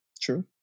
True